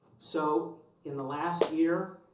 so in the last year